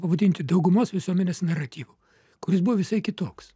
pavadinti daugumos visuomenės naratyvu kuris buvo visai kitoks